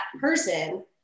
person